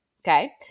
okay